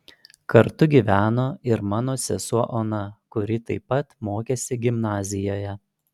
kartu gyveno ir mano sesuo ona kuri taip pat mokėsi gimnazijoje